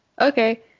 okay